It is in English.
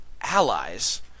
allies